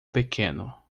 pequeno